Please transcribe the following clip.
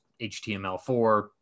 HTML4